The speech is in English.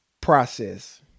process